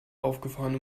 aufgefahren